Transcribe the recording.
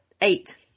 eight